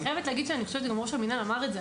חייבת להגיד שגם ראש המנהל אמר את זה.